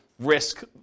Risk